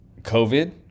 COVID